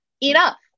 enough